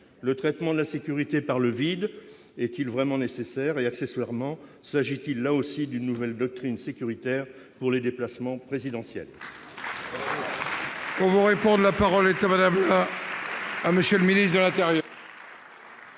Le traitement de la sécurité par le vide est-il vraiment nécessaire ? S'agit-il, là aussi, d'une nouvelle doctrine sécuritaire pour les déplacements présidentiels ?